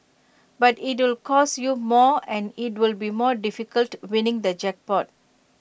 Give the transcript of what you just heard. but it'll cost you more and IT will be more difficult winning the jackpot